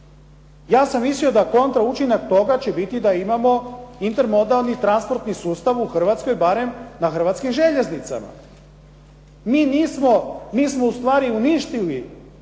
Ja sam mislio da kontra učinak toga će biti da imamo intermodalni transportni sustav u Hrvatskoj barem na Hrvatskim željeznicama. Mi nismo, mi smo ustvari uništili,